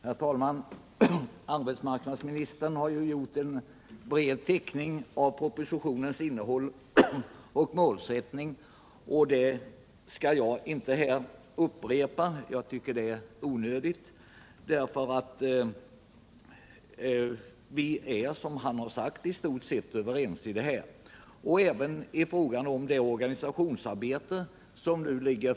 Herr talman! Arbetsmarknadsministern har gjort en bred teckning av propositionens innehåll och målsättning, och jag skall inte upprepa vad han har sagt. Vi är i stort sett överens, även i fråga om det organisationsarbete som nu förestår.